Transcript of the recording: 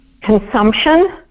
consumption